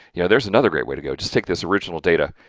you know, there's another great way to go. just take this original data,